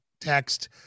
text